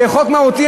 וחוק מהותי,